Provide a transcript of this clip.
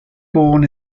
born